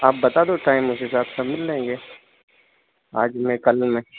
आप बता दो टाइम उस हिसाब से हम मिल लेंगे आज में कल में